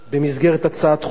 במסגרת הצעת חוק,